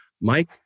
Mike